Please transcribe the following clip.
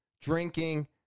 drinking